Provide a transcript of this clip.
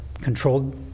controlled